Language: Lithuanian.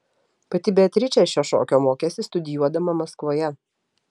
pati beatričė šio šokio mokėsi studijuodama maskvoje